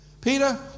Peter